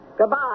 Goodbye